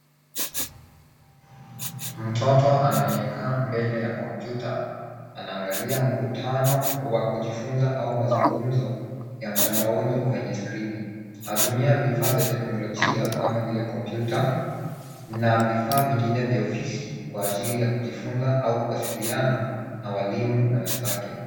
Mtoto anayekaa mbele ya kompyuta, anaangalia mkutano wa kujifunza au mazungumzo ya mtandaoni kwenye skrini. Anatumia vifaa vya teknolojia kama vile kompyuta na vifaa vingine vya ofisi kwa ajili ya kujifunza au kuwasiliana na walimu na wenzake.